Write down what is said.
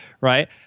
right